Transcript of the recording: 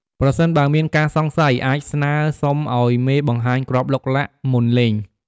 ប្រសិនបើមានការសង្ស័យ អាចស្នើសុំឱ្យមេបង្ហាញគ្រាប់ឡុកឡាក់មុនលេង។